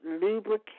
lubricate